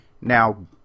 Now